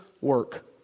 work